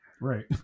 Right